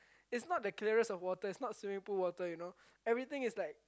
it's not the clearest of water it's not swimming pool water you know everything is like